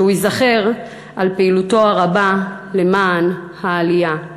שהוא ייזכר על פעילותו הרבה למען העלייה.